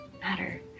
matter